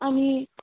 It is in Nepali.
अनि